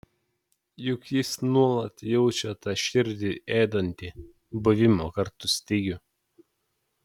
juk jis nuolat jaučia tą širdį ėdantį buvimo kartu stygių